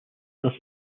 thus